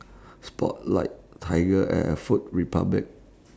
Spotlight TigerAir Food Republic